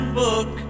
book